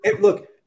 Look